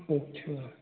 अच्छा